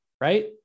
right